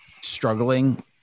struggling